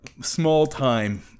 small-time